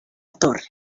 torre